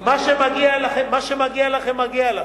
מה שמגיע לכן מגיע לכן.